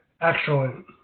Excellent